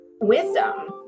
wisdom